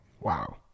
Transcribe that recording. wow